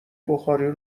بخاری